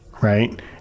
Right